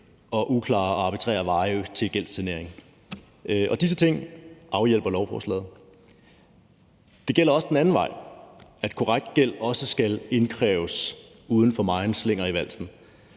og arbitrære veje til gældssanering. Og disse ting afhjælper lovforslaget. Det gælder også den anden vej, altså at korrekt gæld også skal indkræves uden for meget uden slinger i valsen,